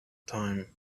time